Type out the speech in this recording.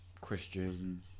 Christian